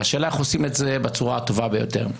והשאלה היא איך עושים את זה בצורה הטובה ביותר.